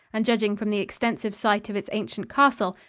and judging from the extensive site of its ancient castle,